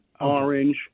Orange